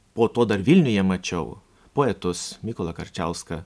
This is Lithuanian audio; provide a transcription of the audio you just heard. po to dar vilniuje mačiau poetus mykolą karčiauską